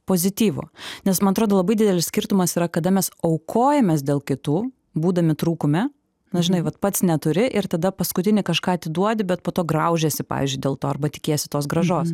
pozityvo nes man atrodo labai didelis skirtumas yra kada mes aukojamės dėl kitų būdami trūkume na žinai vat pats neturi ir tada paskutinį kažką atiduodi bet po to graužiasi pavyzdžiui dėl to arba tikiesi tos grąžos